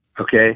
okay